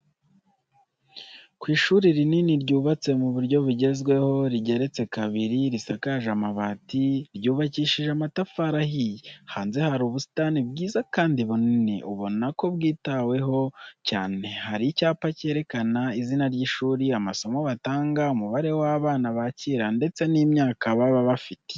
Ku ishuri rinini, ryubatse mu buryo bugezweho, rigeretse kabiri, risakaje amabati, ryubakishije amatafari ahiye. Hanze hari ubusitani bwiza kandi bunini, ubona ko bwitaweho cyane. Hari icyapa cyerekana izina ry'ishuri, amasomo batanga, umubare w'abana bakira, ndetse n'imyaka baba bafite.